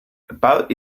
about